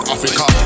Africa